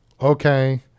Okay